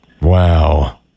Wow